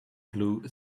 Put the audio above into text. blue